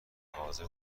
حاضر